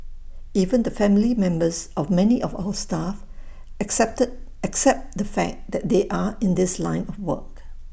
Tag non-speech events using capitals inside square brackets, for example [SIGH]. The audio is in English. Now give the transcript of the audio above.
even the family members of many of our staff [UNINTELLIGIBLE] accept the fact that they are in this line of work